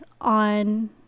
on